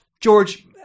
george